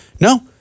No